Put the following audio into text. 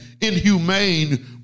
inhumane